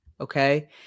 okay